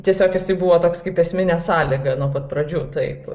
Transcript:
tiesiog jisai buvo toks kaip esminė sąlyga nuo pat pradžių taip